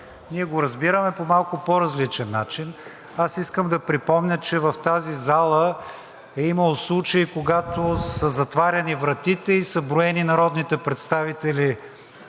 ние го разбираме по малко по-различен начин. Аз искам да припомня, че в тази зала е имало случаи, когато са затваряни вратите и са броени народните представители